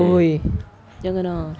!oi! jangan ah